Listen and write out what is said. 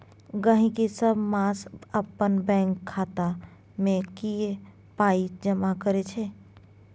गहिंकी सब मास अपन बैंकक खाता मे किछ पाइ जमा करै छै